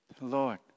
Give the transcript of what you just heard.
Lord